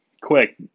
quick